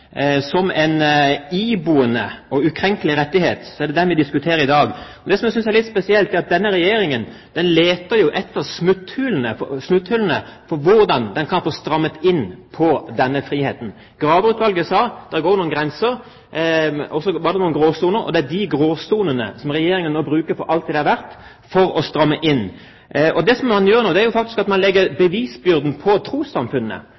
som en iboende og ukrenkelig rettighet, vi diskuterer i dag. Og det jeg synes er litt spesielt, er at denne regjeringen jo leter etter smutthullene for hvordan den kan få strammet inn på denne friheten. Graver-utvalget sa at det går noen grenser, og så var det noen gråsoner. Det er de gråsonene Regjeringen nå bruker for alt det de er verdt, for å stramme inn. Det man gjør nå, er at man legger bevisbyrden på trossamfunnene.